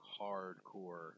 hardcore